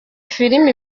filimi